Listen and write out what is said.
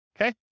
okay